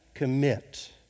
Commit